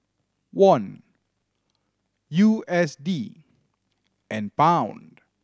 Won U S D and Pound